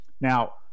Now